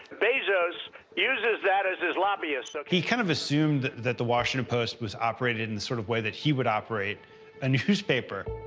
bezos uses that as his lobbyist, okay? he kind of assumed that the washington post was operated in the sort of way that he would operate a newspaper.